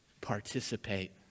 Participate